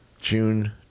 June